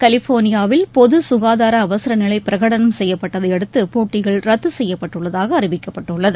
கலிபோர்னியாவில் பொது சுகாதார அவசர் நிலை பிரகடனம் செய்யப்பட்டதையடுத்து போட்டிகள் ரத்து செய்யப்பட்டுள்ளதாக அறிவிக்கப்பட்டுள்ளது